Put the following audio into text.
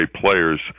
players